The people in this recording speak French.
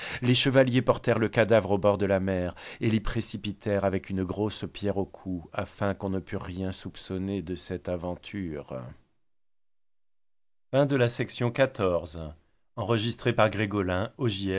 les chevaliers portèrent le cadavre au bord de la mer et l'y précipitèrent avec une grosse pierre au cou afin qu'on ne pût rien soupçonner de cette aventure